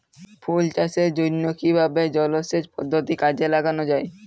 ফুল চাষের জন্য কিভাবে জলাসেচ পদ্ধতি কাজে লাগানো যাই?